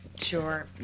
Sure